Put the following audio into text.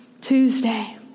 Tuesday